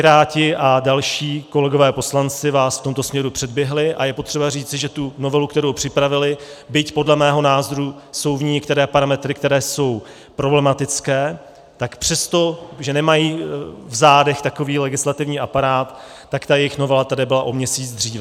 Piráti a další kolegové poslanci vás v tomto směru předběhli a je potřeba říci, že novela, kterou připravili, byť podle mého názoru jsou v ní některé parametry, které jsou problematické, tak přesto, že nemají v zádech takový legislativní aparát, tak jejich novela tady byla o měsíc dříve.